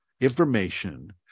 information